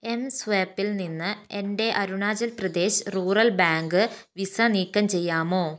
M സ്വൈപ്പിൽ നിന്ന് എൻ്റെ Arunachal Pradesh rural bank Visa നീക്കം ചെയ്യാമോ